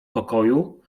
pokoju